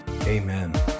Amen